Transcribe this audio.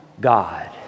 God